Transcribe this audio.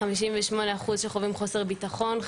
58% שחווים חוסר ביטחון,